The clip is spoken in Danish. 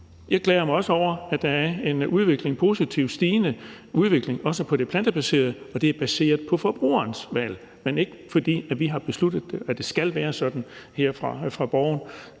Jeg glæder mig også over, at der er en positiv, stigende udvikling, også på det plantebaserede område, og det er baseret på forbrugerens valg, og det er ikke, fordi vi her fra Borgen har besluttet at det skal være sådan. Det må da også